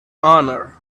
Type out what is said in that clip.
honor